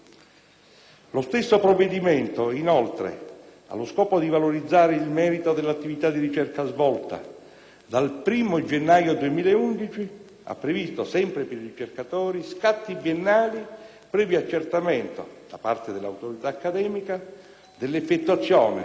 Lo stesso provvedimento, inoltre, allo scopo di valorizzare il merito dell'attività di ricerca svolta, dal 1° gennaio 2011 ha previsto, sempre per i ricercatori, scatti biennali previo accertamento, da parte dell'autorità accademica, dell'effettuazione